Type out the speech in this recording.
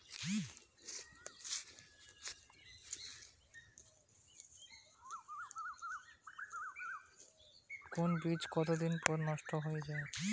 কোন বীজ কতদিন পর নষ্ট হয়ে য়ায়?